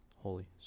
Holy